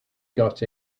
got